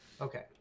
Okay